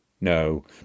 No